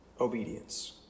obedience